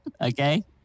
Okay